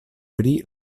pri